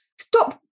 stop